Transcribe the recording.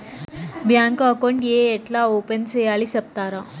Bank account ఏ ఎట్లా open సేయాలి సెప్తారా?